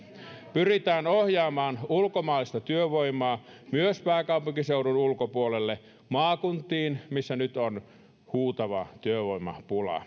pyritään ohjaamaan ulkomaista työvoimaa myös pääkaupunkiseudun ulkopuolelle maakuntiin missä nyt on huutava työvoimapula